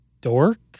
dork